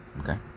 Okay